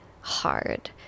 hard